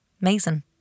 Mason